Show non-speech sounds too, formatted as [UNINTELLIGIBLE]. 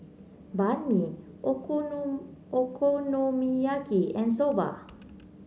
Banh Mi [UNINTELLIGIBLE] Okonomiyaki and Soba